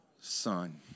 son